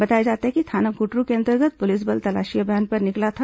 बताया जाता है कि थाना कुटरू को अंतर्गत पुलिस बल तलाशी अभियान पर निकला था